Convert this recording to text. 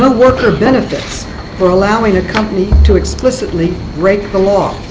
ah worker benefits for allowing a company to explicitly break the law.